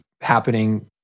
happening